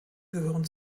gehören